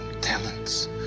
talents